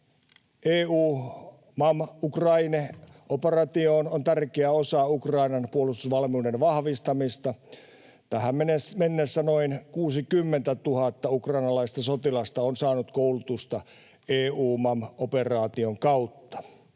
EUMAM Ukraine ‑operaatioon on tärkeä osa Ukrainan puolustusvalmiuden vahvistamista. Tähän mennessä noin 60 000 ukrainalaista sotilasta on saanut koulutusta EUMAM-operaation kautta.